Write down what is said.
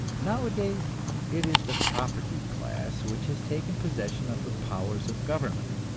nowadays it is the propertied class which has taken possession of the powers of government,